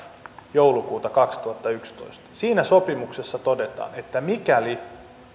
joulukuuta kaksituhattayksitoista siinä sopimuksessa todetaan että mikäli